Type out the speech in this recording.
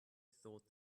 thought